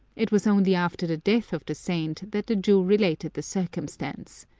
it was only after the death of the saint that the jew related the circumstance.